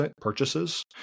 purchases